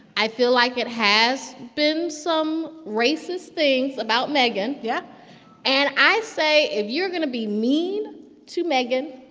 i feel like it has been some racist things about meghan yeah and i say if you're going to be mean to meghan,